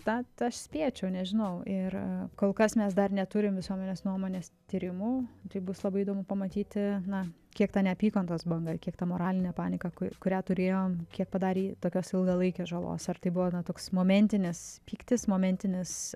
tą tą aš spėčiau nežinau ir kol kas mes dar neturim visuomenės nuomonės tyrimų tikrai bus labai įdomu pamatyti na kiek ta neapykantos banga kiek ta moralinė panika ku kurią turėjom kiek padarė tokios ilgalaikės žalos ar tai buvo toks momentinis pyktis momentinis